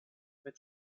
mit